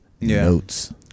notes